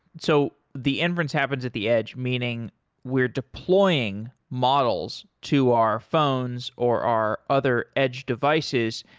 so the inference happens at the edge, meaning we are deploying models to our phones or our other edge devices,